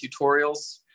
tutorials